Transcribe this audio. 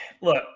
look